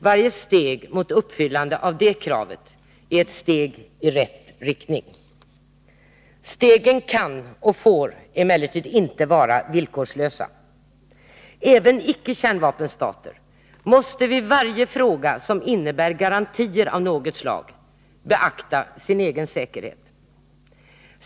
Varje steg mot uppfyllande av det kravet är ett steg i rätt riktning. Stegen kan och får emellertid inte vara villkorslösa. Även ickekärnvapenstater måste vid varje fråga som innebär garantier av något slag beakta sin egen säkerhet.